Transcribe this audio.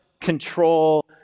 control